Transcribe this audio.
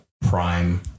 prime